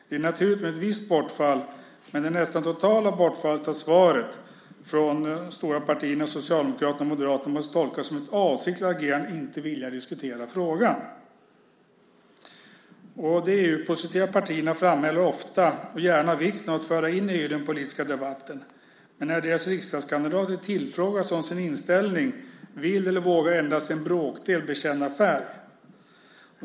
Det är naturligt med ett visst bortfall, men det nästan totala bortfallet av svar från de stora partierna Socialdemokraterna och Moderaterna måste tolkas som ett avsiktligt agerande för att inte vilja diskutera frågan. De EU-positiva partierna framhåller ofta och gärna vikten av att föra in EU i den politiska debatten, men när deras riksdagskandidater tillfrågas om sin inställning vill eller vågar endast en bråkdel bekänna färg.